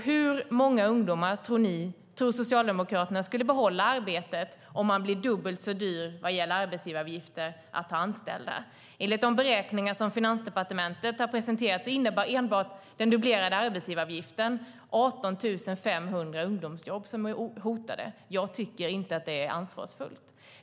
Hur många ungdomar tror Socialdemokraterna skulle få behålla arbetet om de blir dubbelt så dyra att ha anställda, om man ser till arbetsgivaravgiften? Enligt de beräkningar som Finansdepartementet har presenterat innebär enbart den dubblerade arbetsgivaravgiften att 18 500 ungdomsjobb är hotade. Jag tycker inte att det är ansvarsfullt.